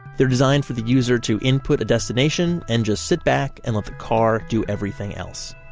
they're designed for the user to input a destination and just sit back and let the car do everything else